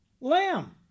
Lamb